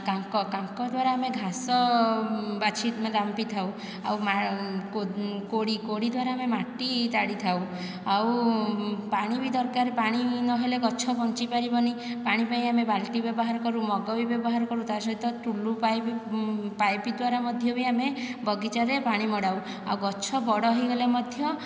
କାଙ୍କ କାଙ୍କ ଦ୍ୱାରା ଆମେ ଘାସ ବାଛି ରାମ୍ପି ଆଉ କୋଡ଼ି କୋଡ଼ି ଦ୍ୱାରା ଆମେ ମାଟି ତାଡ଼ି ଥାଉ ଆଉ ପାଣି ବି ଦରକାର ପାଣି ନହେଲେ ଗଛ ବଞ୍ଚିପାରିବନି ପାଣି ପାଇଁ ଆମେ ବାଲ୍ଟି ବ୍ୟବହାର କରୁ ମଗ ବି ବ୍ୟବହାର କରୁ ତା ସହିତ ଟୁଲୁ ପାଇପ ପାଇପ ଦ୍ୱାରା ମଧ୍ୟ ବି ଆମେ ବଗିଚାରେ ପାଣି ମଡ଼ାଉ ଆଉ ଗଛ ବଡ଼ ହୋଇଗଲେ ମଧ୍ୟ